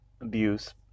abuse